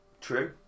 True